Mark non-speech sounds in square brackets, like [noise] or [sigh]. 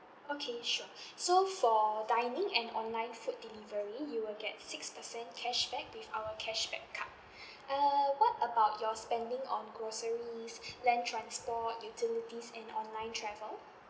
okay sure [breath] so for dining and online food delivery you will get six percent cashback with our cashback card [breath] err about your spending on groceries [breath] land transport utilities and online travel